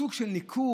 סוג של ניכור.